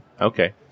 Okay